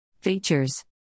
Features